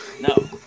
No